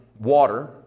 water